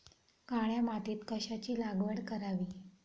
काळ्या मातीत कशाची लागवड करावी?